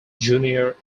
junior